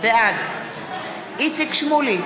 בעד איציק שמולי,